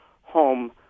home